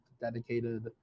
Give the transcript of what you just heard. dedicated